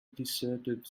deserted